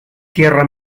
tierra